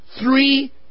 Three